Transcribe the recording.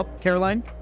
Caroline